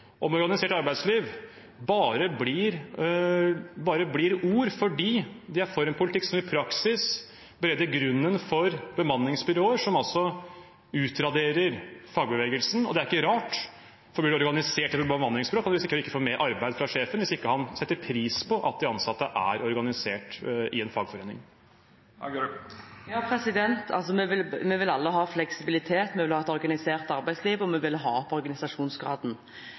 om organisert arbeidsliv bare blir ord, fordi de er for en politikk som i praksis bereder grunnen for bemanningsbyråer, som altså utraderer fagbevegelsen. Og det er ikke rart, for blir du organisert i et bemanningsbyrå, kan du risikere ikke å få mer arbeid fra sjefen, hvis ikke han setter pris på at de ansatte er organisert i en fagforening. Vi vil alle ha fleksibilitet, vi vil ha et organisert arbeidsliv, og vi vil ha opp organisasjonsgraden.